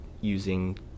using